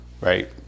Right